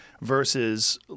versus